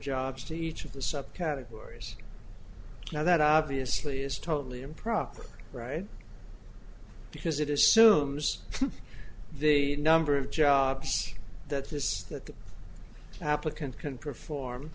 jobs to each of the subcategories now that obviously is totally improper or right because it assumes the number of jobs that this that the applicant can perform